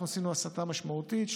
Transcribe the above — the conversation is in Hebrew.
אנחנו עשינו הסטה משמעותית,